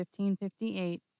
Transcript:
1558